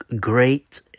great